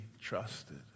trusted